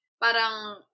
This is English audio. parang